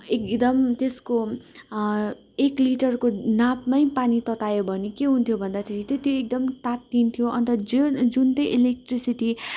एकदम त्यसको एक लिटरको नापमै पानी ततायो भने के हुन्थ्यो भन्दाखेरि चाहिँ त्यो एकदमै तातिन्थ्यो अन्त ज जुन चाहिँ इलेक्ट्रिसिटी